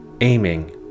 aiming